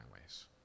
ways